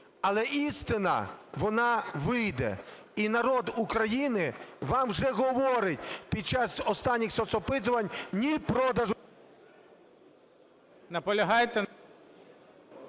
Але істина, вона вийде. І народ України вам вже говорить під час останніх соцопитувань "ні" продажу… ГОЛОВУЮЧИЙ.